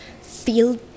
feel